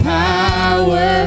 power